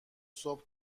صبح